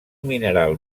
mineral